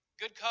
good